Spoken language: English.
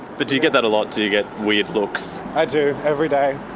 but do you get that a lot? do you get weird looks? i do, every day.